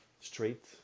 straight